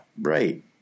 right